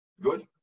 Good